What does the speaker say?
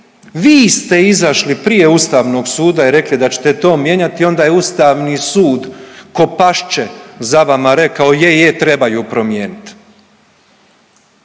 Vi ste izašli prije Ustavnog suda i rekli da ćete to mijenjati i onda je Ustavni sud ko pašče za vama rekao je, je trebaju promijenit.